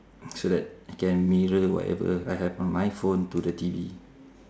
so that I can mirror whatever I have on my phone to the T_V